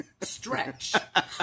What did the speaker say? stretch